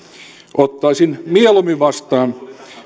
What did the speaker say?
ottaisin mieluimmin vastaan